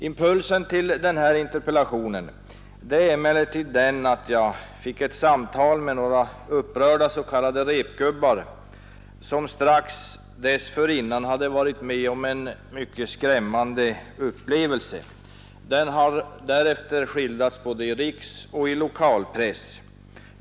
Impulsen till den interpellation som jag har framställt kom efter ett samtal med några upprörda ”repgubbar” som strax dessförinnan hade varit med om en skrämmande upplevelse. Den har därefter skildrats både i lokaloch i rikspress.